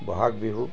Bohag Bihu